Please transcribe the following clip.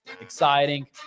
exciting